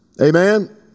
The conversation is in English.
Amen